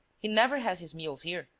he never has his meals here.